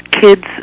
Kids